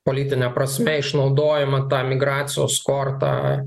politine prasme išnaudojama ta migracijos korta